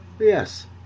Yes